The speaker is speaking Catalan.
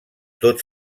tot